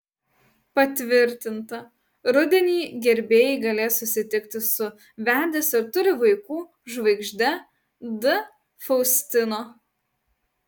patvirtinta rudenį gerbėjai galės susitikti su vedęs ir turi vaikų žvaigžde d faustino